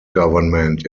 government